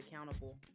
accountable